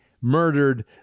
murdered